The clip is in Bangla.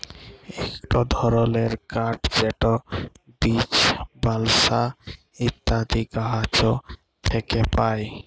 ইকট ধরলের কাঠ যেট বীচ, বালসা ইত্যাদি গাহাচ থ্যাকে পায়